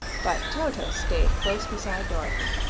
but toto stayed close beside dorothy.